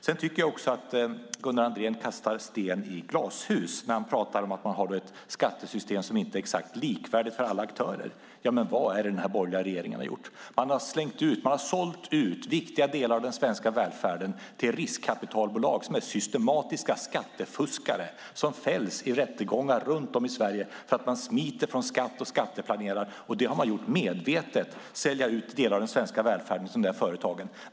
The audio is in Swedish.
Sedan tycker jag också att Gunnar Andrén kastar sten i glashus när han pratar om att man har ett skattesystem som inte är exakt likvärdigt för alla aktörer. Men vad är det den här borgerliga regeringen har gjort? Man har sålt ut viktiga delar av den svenska välfärden till riskkapitalbolag som är systematiska skattefuskare, som fälls i rättegångar runt om i Sverige därför att de smiter från skatt och skatteplanerar. Och man har medvetet sålt ut delar av den svenska välfärden till de här företagen.